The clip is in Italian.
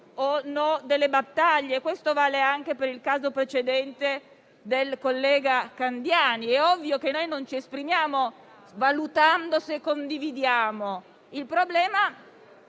o no delle battaglie. Questo vale anche per il caso precedente del collega Candiani. È ovvio che noi non ci esprimiamo valutando se condividiamo. Il punto